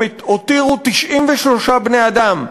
הם הותירו 93 בני-אדם,